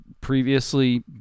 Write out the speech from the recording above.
previously